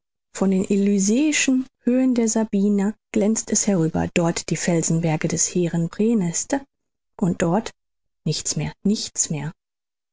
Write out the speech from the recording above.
von den elyseischen höhen der sabina glänzt es herüber dort die felsenberge des hehren praeneste und dort nichts mehr nichts mehr